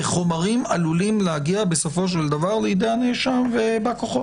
וחומרים עלולים להגיע בסופו של דבר לידי הנאשם ובא כוחו.